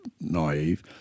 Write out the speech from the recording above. naive